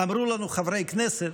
אמרו לנו חברי כנסת.